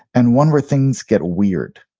and one where things get weird.